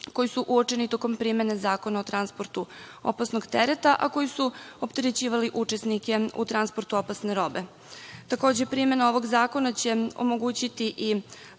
koji su uočeni tokom primene Zakona o transportu opasnog tereta, a koji su opterećivali učesnike u transportu opasne robe. Primena ovog zakona će omogućiti i